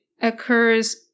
occurs